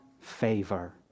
favor